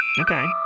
Okay